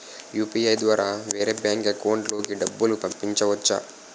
UPI ద్వారా వేరే bank account లోకి డబ్బులు పంపించవచ్చా?